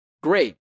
great